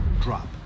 drop